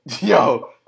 Yo